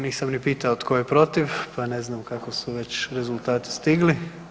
Nisam ni pitao tko je protiv, pa ne znam kako su već rezultati stigli.